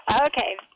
Okay